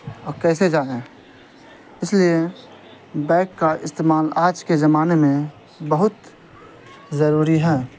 اور کیسے جاویں اس لیے بائک کا استعمال آج کے زمانے میں بہت ضروری ہیں